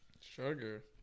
Sugar